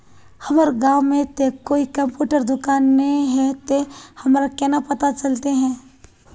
हमर गाँव में ते कोई कंप्यूटर दुकान ने है ते हमरा केना पता चलते है?